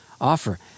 offer